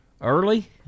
early